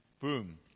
boom